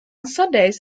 sundays